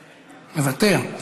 מוותר,